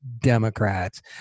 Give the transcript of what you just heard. Democrats